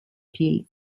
pils